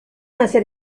hace